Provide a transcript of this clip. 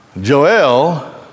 Joel